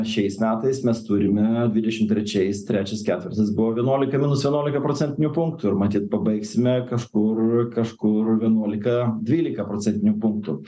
šiais metais mes turime dvidešimt trečiais trečias ketvirtis buvo vienuolika minus vienuolika procentinių punktų ir matyt pabaigsime kažkur kažkur vienuolika dvylika procentinių punktų